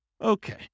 Okay